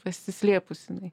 pasislėpus jinai